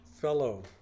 fellow